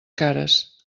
cares